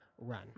run